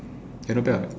not bad what